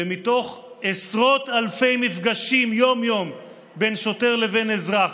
ומתוך עשרות אלפי מפגשים יום-יום בין שוטר לבין אזרח,